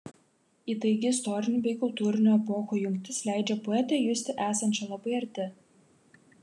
įtaigi istorinių bei kultūrinių epochų jungtis leidžia poetę justi esančią labai arti